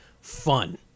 fun